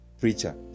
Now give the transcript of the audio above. preacher